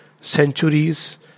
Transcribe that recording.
centuries